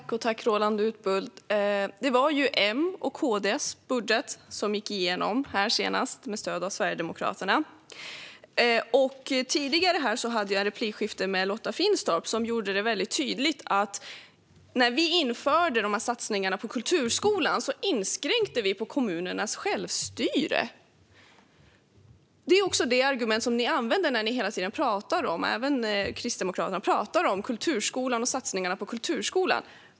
Herr talman! Roland Utbult! Det var M:s och KD:s budget som gick igenom här senast med stöd av Sverigedemokraterna. Tidigare hade jag ett replikskifte med Lotta Finstorp, som gjorde det väldigt tydligt att vi när vi införde de här satsningarna på kulturskolan inskränkte kommunernas självstyre. Det är också det argument som ni hela tiden använder, även Kristdemokraterna, när ni pratar om kulturskolan och satsningarna på den.